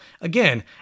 Again